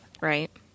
Right